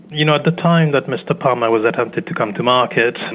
you know, at the time that mr palmer was attempting to come to market,